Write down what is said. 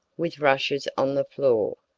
with rushes on the floor,